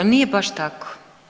Nije baš tako.